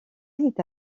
est